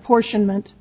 apportionment